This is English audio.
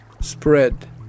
spread